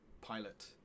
pilot